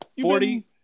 Forty